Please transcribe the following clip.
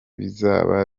bizaba